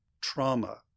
trauma